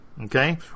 okay